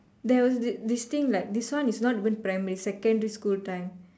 there was this this thing like this one is not even primary secondary school time